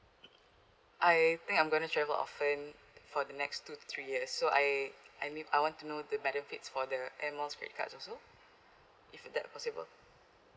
I think I'm gonna travel often for the next two three years so I I mean I want to know the benefits for the air miles credit cards also if that possible